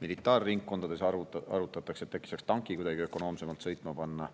militaarringkondades arutatakse, et äkki saaks tanki kuidagi ökonoomsemalt sõitma panna.